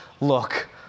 look